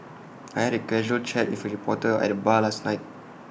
I had A casual chat with A reporter at the bar last night